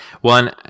one